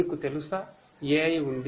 మీకు తెలుసా AI ఉంది